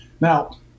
now